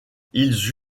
ils